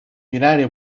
united